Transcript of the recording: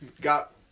Got